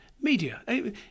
Media